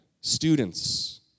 students